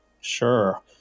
Sure